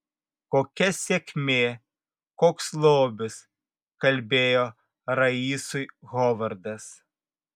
kokia sėkmė koks lobis kalbėjo raisui hovardas